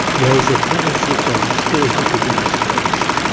there is a tendency for hostility to be displaced.